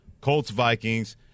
Colts-Vikings